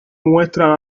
muestra